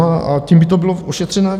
A tím by to bylo ošetřené.